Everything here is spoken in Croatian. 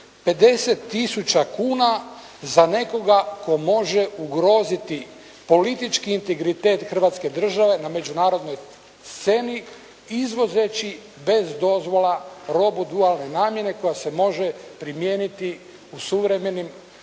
tisuća kuna za nekoga tko može ugroziti politički integritet Hrvatske države na međunarodnoj sceni, izvozeći bez dozvola robu dualne namjene koja se može primijeniti u suvremenim